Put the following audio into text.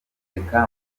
reka